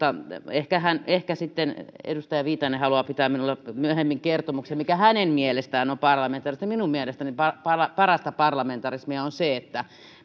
ehkä sitten edustaja viitanen haluaa minulle myöhemmin kertoa mikä hänen mielestään on parlamentaarista minun mielestäni parasta parasta parlamentarismia on se että